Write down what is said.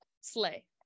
Slay